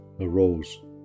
arose